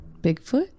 Bigfoot